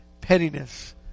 pettiness